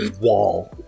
wall